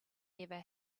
never